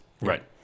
Right